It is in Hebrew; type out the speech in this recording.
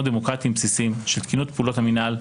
דמוקרטיים בסיסיים של תקינות פעולות המינהל,